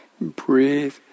breathe